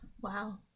wow